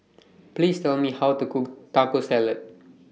Please Tell Me How to Cook Taco Salad